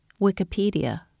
Wikipedia